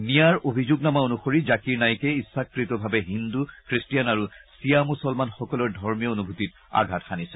নিয়াৰ অভিযোগনামা অনুসৰি জাকিৰ নায়িকে ইচ্ছাকতভাৱে হিন্দু খ্ৰীট্টিয়ান আৰু চিয়া মুছলমানসকলৰ ধৰ্মীয় অনুভূতিত আঘাট হানিছে